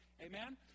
amen